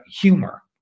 humor